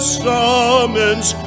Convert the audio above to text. summons